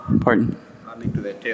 Pardon